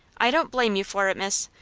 i don't blame you for it, miss.